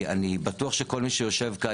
כי אני בטוח שכל מי שיושב כאן,